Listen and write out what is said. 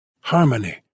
Harmony